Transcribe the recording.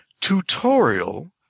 Tutorial